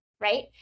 right